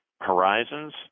horizons